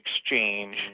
exchange